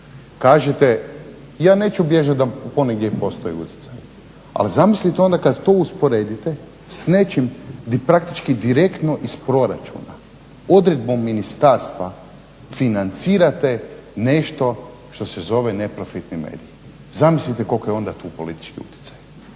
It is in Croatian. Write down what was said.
Kažete ja neću … da ponegdje i postoji utjecaj, ali zamislite onda kada to usporedite s nečim gdje praktički direktno iz proračuna odredbom ministarstva financirate nešto što se zove neprofitni medij. Zamislite koliko je onda tu politički utjecaj.